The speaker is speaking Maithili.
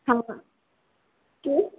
हमसबके